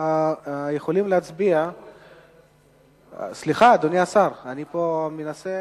יכולים להצביע, סליחה, אדוני השר, אני מנסה